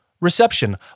reception